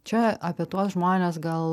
čia apie tuos žmones gal